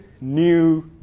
new